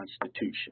Constitution